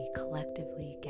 collectively